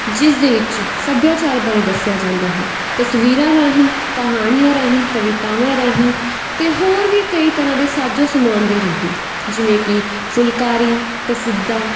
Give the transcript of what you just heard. ਜਿਸ ਦੇ ਵਿੱਚ ਸੱਭਿਆਚਾਰ ਬਾਰੇ ਦੱਸਿਆ ਜਾਂਦਾ ਹੈ ਤਸਵੀਰਾਂ ਰਾਹੀਂ ਕਹਾਣੀਆਂ ਰਾਹੀਂ ਕਵਿਤਾਵਾਂ ਰਾਹੀਂ ਅਤੇ ਹੋਰ ਵੀ ਕਈ ਤਰ੍ਹਾਂ ਦੇ ਸਾਜੋ ਸਮਾਨ ਦੇ ਰਾਹੀਂ ਜਿਵੇਂ ਕਿ ਫੁਲਕਾਰੀ ਕਸੀਦਾ